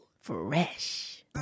Fresh